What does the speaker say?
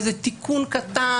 איזה תיקון קטן,